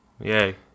Yay